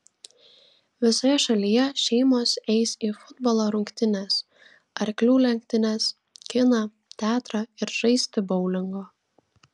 visoje šalyje šeimos eis į futbolo rungtynes arklių lenktynes kiną teatrą ir žaisti boulingo